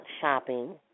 shopping